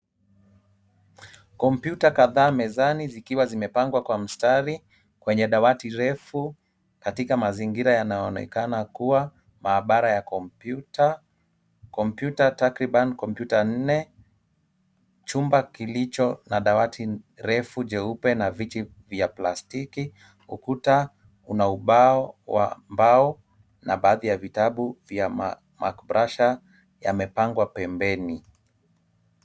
Kompyuta kadhaa mezani zikiwa zimepangwa kwa mstari kwenye dawati refu katika mazingira yanayoonekana kuwa maabara ya kompyuta. Kompyuta takriban kompyuta nne, chumba kilicho na dawati refu jeupe na viti vya plastiki. Ukuta una ubao wa mbao na baadhi ya vitabu vya makbrasha yamepangwa pembeni.